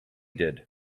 did